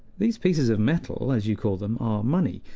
these pieces of metal, as you call them, are money,